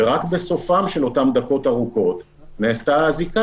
ורק בסופן של אותן דקות ארוכות נעשתה האזיקה